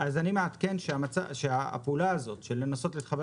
אני מעדכן שהפעולה הזאת של לנסות להתחבר